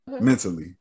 mentally